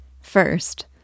First